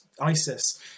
ISIS